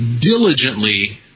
diligently